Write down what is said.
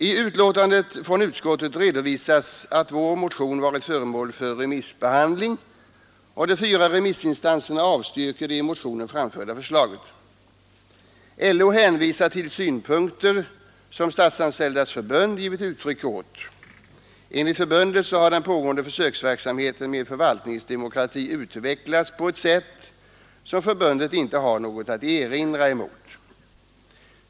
I utskottets betänkande redovi att vår motion varit föremål för remissbehandling, och de fyra remissinstanserna avstyrker det i motionen framförda förslaget. LO hänvisar till synpunkter som Statsanställdas förbund givit uttryck åt. Enligt förbundet har den pågående försöksverksamheten med förvaltningsdemokrati utvecklats på ett sätt, som förbundet inte har något att erinra mot.